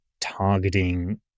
targeting